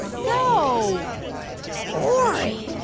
so boring